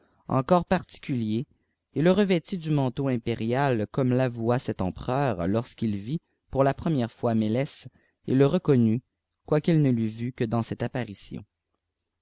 encore particulier et le revêtit du manteau impérial comme ta voua cet empereur lorsqu'il vit pour la première fois méîèce et le reconnut quoiqu'il ne l'eût vu qiie dans cette apparîti